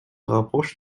rapproche